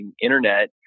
internet